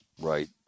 right